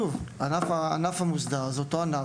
שוב, הענף המוסדר הוא אותו ענף